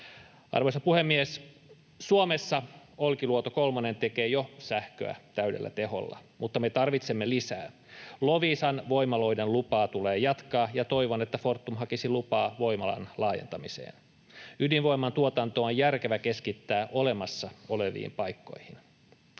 Arvoisa puhemies! Suomessa Olkiluoto kolmonen tekee jo sähköä täydellä teholla, mutta me tarvitsemme lisää. Loviisan voimaloiden lupaa tulee jatkaa, ja toivon, että Fortum hakisi lupaa voimalan laajentamiseen. Ydinvoiman tuotanto on järkevää keskittää olemassa oleviin paikkoihin.